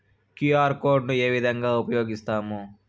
QR code ను ఏ విధంగా ఉపయగిస్తాము?